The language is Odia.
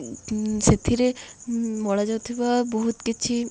ସେଥିରେ ମଳାଯାଉଥିବା ବହୁତ କିଛି